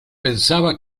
pensaba